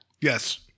yes